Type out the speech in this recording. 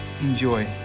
Enjoy